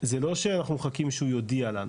זה לא שאנחנו מחכים שהוא יודיע לנו,